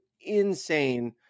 insane